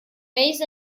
raised